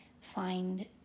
find